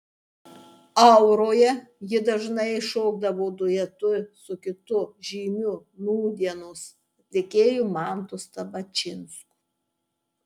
auroje ji dažnai šokdavo duetu su kitu žymiu nūdienos atlikėju mantu stabačinsku